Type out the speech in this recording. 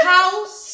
House